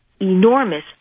enormous